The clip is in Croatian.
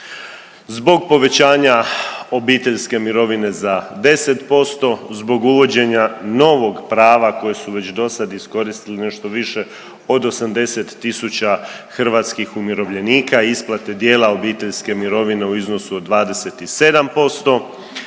zbog povećanja obiteljske mirovine za 10%, zbog uvođenja novog prava kojeg su već do sad iskoristili nešto više od 80 tisuća hrvatskih umirovljenika, isplate dijela obiteljske mirovine u iznosu od 27%.